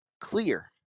clear